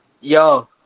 Yo